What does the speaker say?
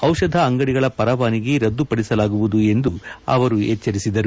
ಚಿಷಧ ಅಂಗಡಿಗಳ ಪರವಾನಗಿ ರದ್ದುಪಡಿಸಲಾಗುವುದು ಎಂದು ಅವರು ಎಚ್ಚರಿಸಿದರು